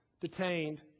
detained